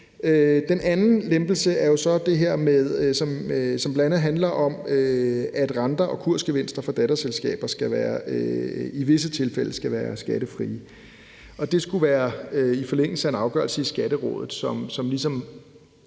Den anden lempelse er jo så det her, som bl.a. handler om, at renter og kursgevinster for datterselskaber i visse tilfælde skal være skattefri. Det skulle være i forlængelse af en afgørelse i Skatterådet, som ligesom